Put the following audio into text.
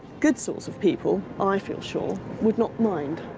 good sorts of people, i feel sure, would not mind.